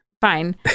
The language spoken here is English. Fine